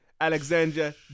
Alexandra